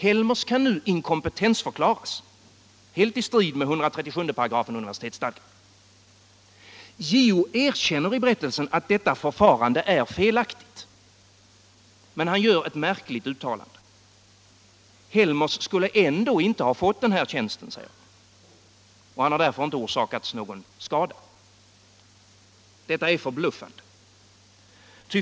Helmers kan ju inkompetentförklaras, helt i strid med 137 § i universitetsstadgan. JO erkänner i berättelsen att detta förfarande är felaktigt. Men han gör ett märkligt uttalande. Helmers skulle ändå inte ha fått den här tjänsten och har därför inte orsakats någon skada, säger han. Detta är förbluffande.